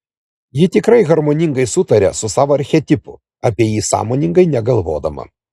ji tikrai harmoningai sutaria su savo archetipu apie jį sąmoningai negalvodama